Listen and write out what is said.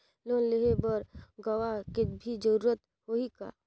Loan लेहे बर गवाह के भी जरूरत होही का?